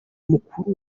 mukuru